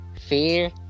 Fear